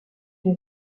vais